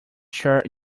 sure